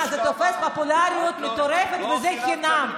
זה תופס פופולריות מטורפת וזה חינם.